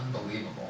unbelievable